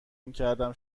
میکردم